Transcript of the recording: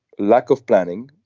lack of planning.